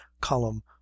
column